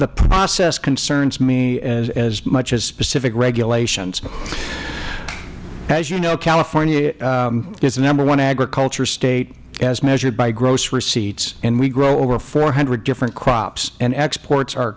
the process concerns me as much as specific regulations as you know california is the number one agriculture state as measured by gross receipts and we grow over four hundred different crops and exports are